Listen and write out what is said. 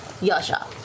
Yasha